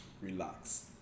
Relax